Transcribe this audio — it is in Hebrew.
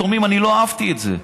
אני לא אהבתי את זה.